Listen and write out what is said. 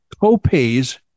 co-pays